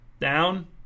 Down